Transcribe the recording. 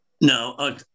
No